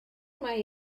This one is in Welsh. mai